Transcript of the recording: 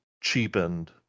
cheapened